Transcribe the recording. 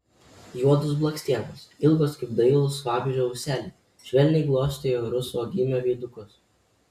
juodos blakstienos ilgos kaip dailūs vabzdžio ūseliai švelniai glostė jo rusvo gymio veidukus